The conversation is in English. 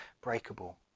breakable